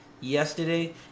yesterday